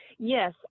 Yes